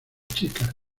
chicas